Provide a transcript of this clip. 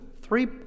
three